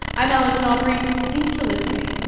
i'm allison aubrey. thanks for listening